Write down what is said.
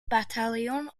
battalion